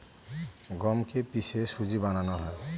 গমকে কে পিষে সুজি বানানো হয়